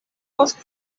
post